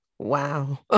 wow